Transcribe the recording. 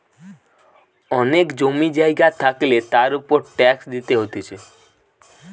অনেক জমি জায়গা থাকলে তার উপর ট্যাক্স দিতে হতিছে